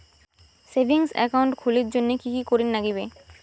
Savings account খুলির জন্যে কি কি করির নাগিবে?